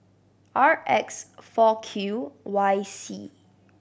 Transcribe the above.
R X four Q Y C